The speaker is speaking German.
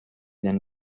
den